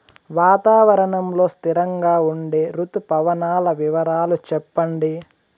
వాతావరణం లో స్థిరంగా ఉండే రుతు పవనాల వివరాలు చెప్పండి?